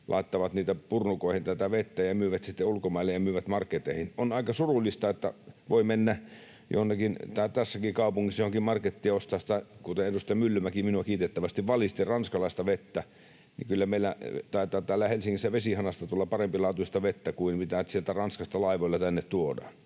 laittavat purnukoihin tätä vettä ja myyvät sitten ulkomaille ja myyvät marketteihin. On aika surullista, että tässäkin kaupungissa voi mennä jonnekin markettiin ja ostaa — kuten edustaja Myllykoski minua kiitettävästi valisti — ranskalaista vettä. Kyllä meillä taitaa täällä Helsingissä vesihanasta tulla parempilaatuista vettä kuin mitä sieltä Ranskasta laivoilla tai